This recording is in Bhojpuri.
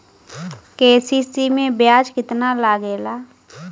के.सी.सी में ब्याज कितना लागेला?